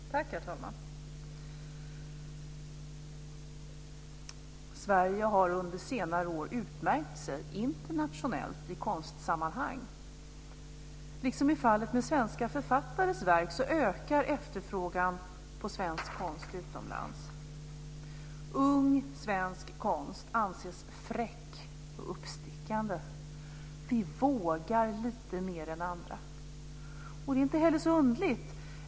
Herr talman! Sverige har under senare år utmärkt sig internationellt i konstsammanhang. Liksom i fallet med svenska författares verk ökar efterfrågan på svensk konst utomlands. Ung svensk konst anses fräck och uppstickande. Vi vågar lite mer än andra. Det är inte heller så underligt.